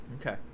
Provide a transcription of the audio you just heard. Okay